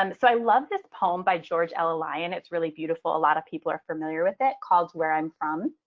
um so i love this poem by george ella lyon. it's really beautiful. a lot of people are familiar with it called where i'm from.